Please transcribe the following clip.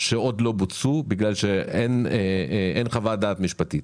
שעוד לא בוצעו בגלל שאין חוות דעת משפטית,